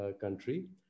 country